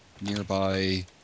nearby